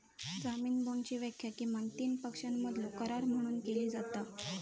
जामीन बाँडची व्याख्या किमान तीन पक्षांमधलो करार म्हणून केली जाता